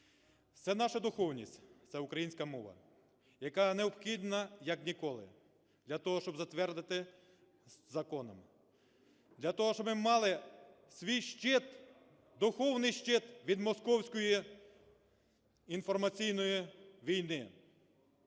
Це наша духовність – це українська мова, яка необхідна як ніколи для того, щоб затвердити законом, для того, щоби мали свій щит, духовний щит від московської інформаційної війни.